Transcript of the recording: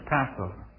Passover